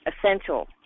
essential